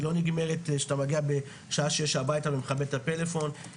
היא לא נגמרת כשאתה מגיע בשעה 18:00 הביתה ומכבה את הטלפון,